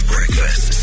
Breakfast